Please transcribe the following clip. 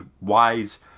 wise